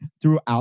throughout